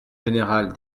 générale